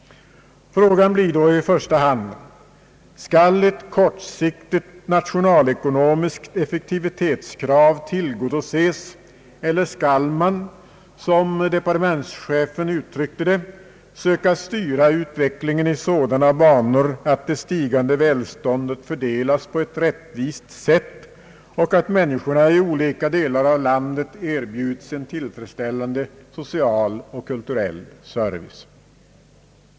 Frågan blir då i första hand: Skall ett kortsiktigt nationalekonomiskt = effektivitetskrav tillgodoses eller skall man — som departementschefen uttryckte det — söka styra utvecklingen i sådana banor att det sti gande välståndet fördelas på ett rättvist sätt och att mäniskorna i olika delar av landet erbjuds en tillfredsställande social och kulturell service?